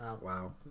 Wow